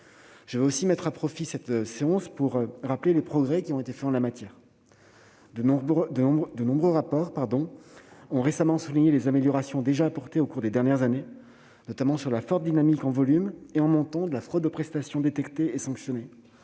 Je veux aussi mettre à profit cette séance pour rappeler les progrès qui ont été faits en la matière. De nombreux rapports ont récemment souligné les améliorations déjà apportées au cours des dernières années, notamment sur la forte dynamique en volume et en montant de la fraude aux prestations détectée et sanctionnée,